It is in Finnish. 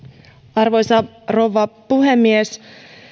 arvoisa rouva puhemies